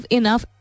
enough